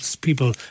people